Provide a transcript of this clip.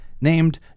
named